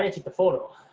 um the photo,